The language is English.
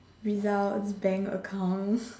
result bank account